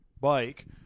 bike